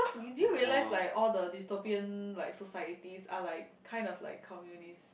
you didn't realize like all the dystopian like societies are like kind of like communist